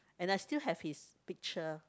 and I still have his picture